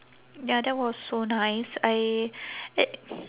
ya that was so nice I ate